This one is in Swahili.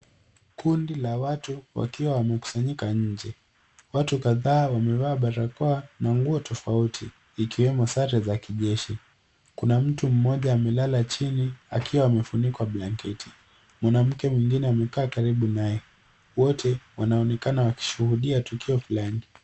Kundi la watu wakiwa wamekusanyika nje. Watu kadhaa wamevaa barakoa na nguo tofauti ikiwemo sare za kijeshi. Kuna mtu mmoja amelala chini akiwa amefunikwa blanketi. Mwanamke mwingine amekaa karibu naye, wote wanaonekana wakishuhudia tukio fulani.